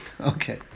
Okay